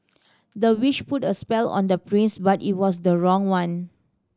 the witch put a spell on the prince but it was the wrong one